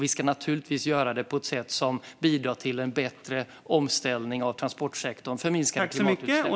Vi ska naturligtvis göra det på ett sätt som bidrar till en bättre omställning av transportsektorn för att minska klimatutsläppen.